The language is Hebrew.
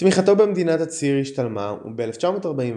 תמיכתו במדינות הציר השתלמה וב-1941,